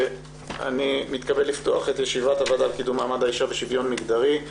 אני מתכבד לפתוח את ישיבת הוועדה לקידום מעמד האישה ולשוויון מגדרי.